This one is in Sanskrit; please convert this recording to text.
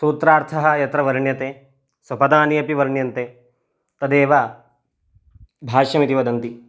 सूत्रार्थः यत्र वर्ण्यते स्वपदानि अपि वर्ण्यन्ते तदेव भाष्यमिति वदन्ति